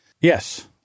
Yes